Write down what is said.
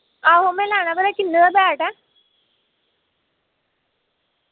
आहो मैं लैना पर एह् किन्ने दा बैट ऐ